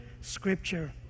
Scripture